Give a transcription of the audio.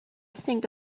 think